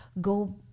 go